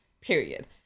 period